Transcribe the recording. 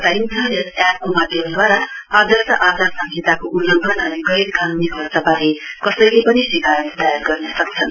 बताइन्छ यस एपको माध्यमद्वारा आदर्श आंचार संहिताको उंल्लघन अनि गैर कानुनी खर्चबारे कसैले पनि शिकायत दायर गर्न सक्छन्